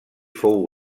fou